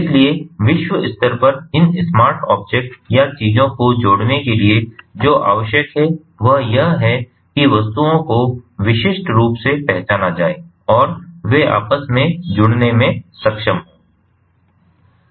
इसलिए विश्व स्तर पर इन स्मार्ट ऑब्जेक्ट या चीजों को जोड़ने के लिए जो आवश्यक है वह यह है कि वस्तुओं को विशिष्ट रूप से पहचाना जाए और वे आपस में जुड़ने में सक्षम हों